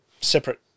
separate